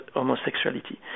homosexuality